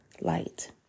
light